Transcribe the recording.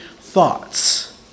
thoughts